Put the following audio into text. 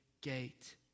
gate